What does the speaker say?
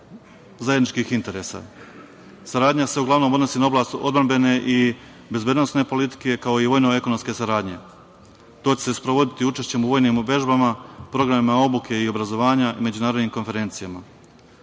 zajedničkih interesa. Saradnja se uglavnom odnosi na oblast odbrambene i bezbednosne politike, kao i vojno ekonomske saradnje. To će se sprovoditi učešćem u vojnim vežbama, programima obuke i obrazovanja i međunarodnim konferencijama. Oba